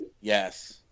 Yes